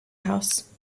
house